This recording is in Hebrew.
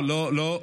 לא לא לא.